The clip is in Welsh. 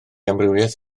amrywiaeth